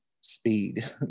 speed